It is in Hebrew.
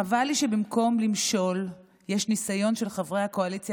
חבל לי שבמקום למשול יש ניסיון של חברי הקואליציה